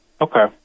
okay